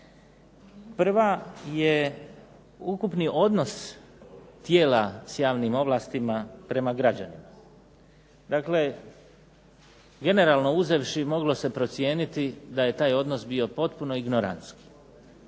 Prva je ukupni odnos tijela s javnim ovlastima prema građanima. Dakle, generalno uzevši moglo se procijeniti da je taj odnos bio potpuno ignorantski.